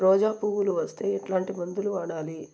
రోజా పువ్వులు వస్తే ఎట్లాంటి మందులు వాడాలి?